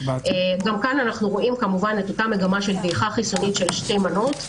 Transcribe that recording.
גם כאן אנחנו רואים את אותה מגמה של דעיכה חיסונית של שתי מנות,